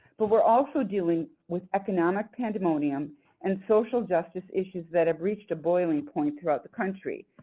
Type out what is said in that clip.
but we're also dealing with economic pandemonium and social justice issues that have reached a boiling point throughout the country.